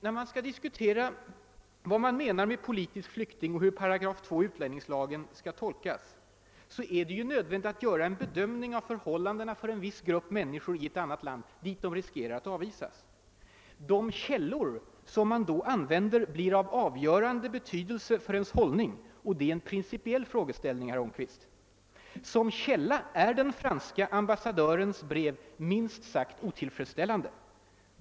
När man skall försöka definiera vad som menas med »politisk flykting« och hur 8 2 i utlänningslagen skall tolkas, är det också nödvändigt att göra en bedömning av förhållandena för en viss grupp människor i ett annat land, dit de riskerar att avvisas. De källor som man därvid använder blir av avgörande betydelse för ens hållning, och det gäller en principiell frågeställning, herr Holmqvist. Som en sådan källa är den franske ambassadörens brev minst sagt otillfredsställande.